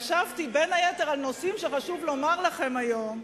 שחשבתי, בין היתר, על נושאים שחשוב לומר לכם היום,